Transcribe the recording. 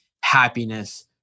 happiness